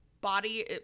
body